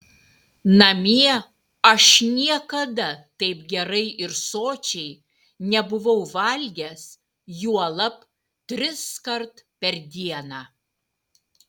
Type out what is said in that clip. namie aš niekada taip gerai ir sočiai nebuvau valgęs juolab triskart per dieną